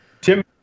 Tim